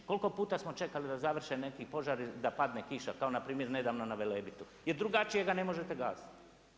Koliko puta smo čekali da završe neki požari da padne kiša kao npr. nedavno na Velebitu, jer drugačije ga ne možete gasiti.